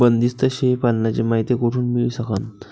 बंदीस्त शेळी पालनाची मायती कुठून मिळू सकन?